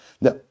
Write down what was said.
Now